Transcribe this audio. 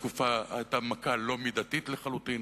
היתה מכה לא מידתית לחלוטין,